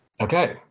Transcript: Okay